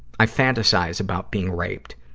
i fantasize about being raped.